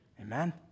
Amen